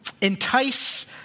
entice